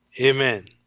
Amen